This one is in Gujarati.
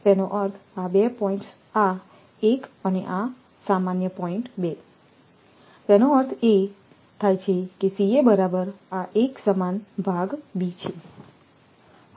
તેનો અર્થ આ 2 પોઇન્ટ્આ 1 અને આ સામાન્ય પોઇન્ટ્ 2 તેનો અર્થ એ થાય કેઆ 1 સમાન ભાગ b છે